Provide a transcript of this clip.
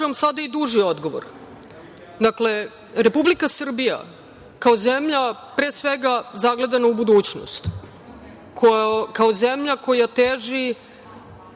vam sada i duži odgovor. Dakle, Republika Srbija kao zemlja zagledana u budućnost, kao zemlja koja teži